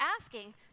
asking